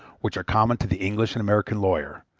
which are common to the english and american lawyer,